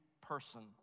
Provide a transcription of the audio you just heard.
person